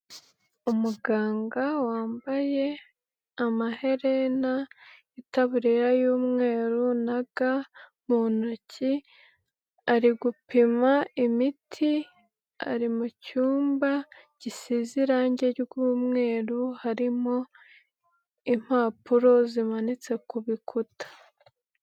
Umuganga wambaye amaherena n'iitabura y'umweru na ga mu ntoki, ari gupima imiti, ari mu cyumba gisize irangi ry'umweru harimo impapuro zimanitse ku bikuta.